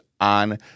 on